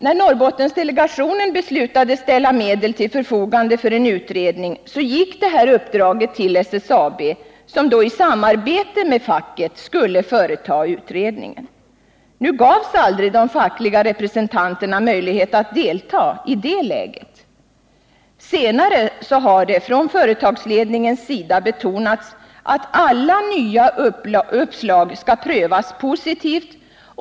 När Norrbottendelegationen beslutade ställa medel till förfogande för en utredning, gick uppdraget till SSAB som i samarbete med facket skulle företa utredningen. De fackliga representanterna gavs dock i det läget aldrig möjlighet att delta. Senare har man från företagsledningens sida betonat att alla nya uppslag skall prövas positivt.